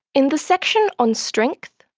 in the section on strength,